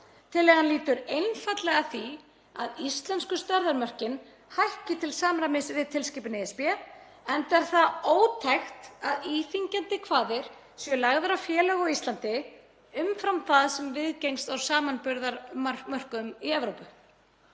Tillagan lýtur einfaldlega að því að íslensku stærðarmörkin hækki til samræmis við tilskipun ESB enda er það ótækt að íþyngjandi kvaðir séu lagðar á félög á Íslandi umfram það sem viðgengst á samanburðarmörkuðum í Evrópu.